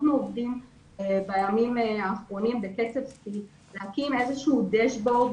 עובדים בקצב שיא כדי להקים איזשהו דש-בורד